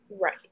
Right